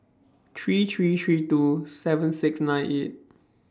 three three three two seven six nine eight